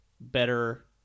better